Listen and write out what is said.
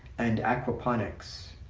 and aquaponics,